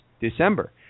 December